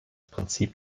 prinzip